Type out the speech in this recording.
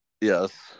Yes